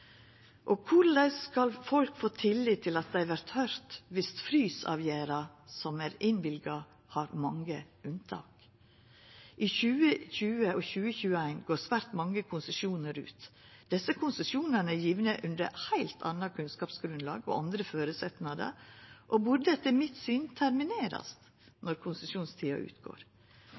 Og korleis skal folk få tillit til at dei vert høyrde, dersom frysavgjerda som er teke, har mange unntak? I 2020 og 2021 går svært mange konsesjonar ut. Desse konsesjonane er gjevne på eit heilt anna kunnskapsgrunnlag og under andre føresetnader og burde etter mitt syn terminerast når konsesjonstida utgår.